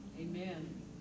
Amen